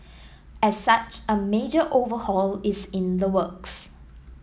as such a major overhaul is in the works